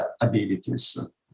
abilities